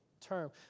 term